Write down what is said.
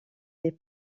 des